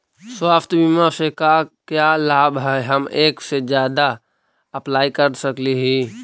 स्वास्थ्य बीमा से का क्या लाभ है हम एक से जादा अप्लाई कर सकली ही?